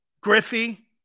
Griffey